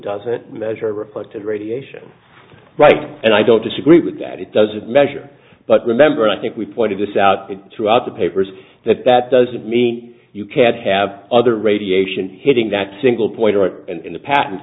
doesn't measure reflected radiation right and i don't disagree with that it doesn't measure but remember i think we pointed this out throughout the papers that that doesn't mean you can't have other radiation hitting that single point or in the pa